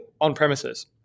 on-premises